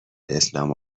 اسلام